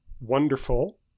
wonderful